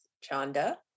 Chanda